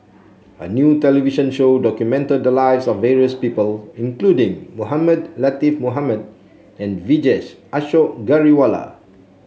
a new television show documented the lives of various people including Mohamed Latiff Mohamed and Vijesh Ashok Ghariwala